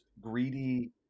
greedy